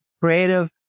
creative